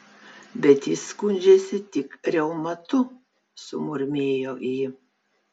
bet jis skundžiasi tik reumatu sumurmėjo ji